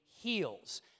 heals